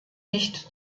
nicht